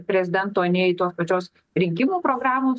prezidento nei tos pačios rinkimų programos